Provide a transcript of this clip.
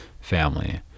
family